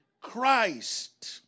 Christ